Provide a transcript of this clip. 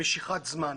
משיכת זמן,